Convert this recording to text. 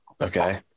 Okay